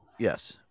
Yes